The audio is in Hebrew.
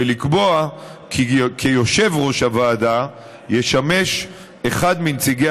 ולקבוע כי כיושב-ראש הוועדה ישמש אחד מנציגי